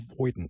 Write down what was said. avoidant